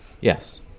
Yes